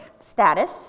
status